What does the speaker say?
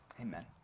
Amen